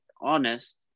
honest